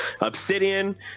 Obsidian